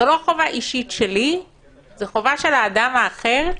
זה לא חובה אישית שלי, זה חובה של האדם האחר,